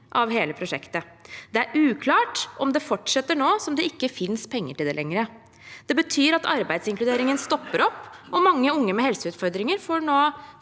av hele prosjektet. Det er uklart om det fortsetter nå som det ikke finnes penger til det lenger. Det betyr at arbeidsinkluderingen stopper opp, og mange unge med helseutfordringer får nå